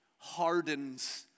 hardens